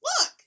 Look